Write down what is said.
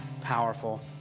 powerful